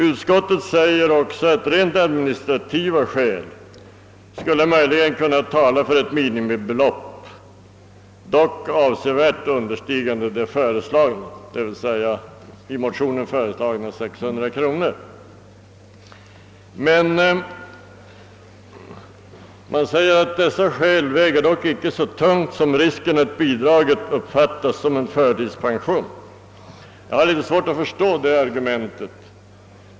Utskottet skriver också: »Rent administrativa skäl skulle möjligen kunna tala för ett minimibelopp, dock avsevärt understigande det föreslagna» — dvs. 600 kronor. Men sedan fortsätter utskottet: »Dessa skäl väger dock inte så tungt som risken att bidraget uppfattas som en förtidspension.» Jag har svårt att förstå det argumentet.